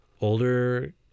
older